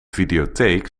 videotheek